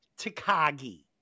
Takagi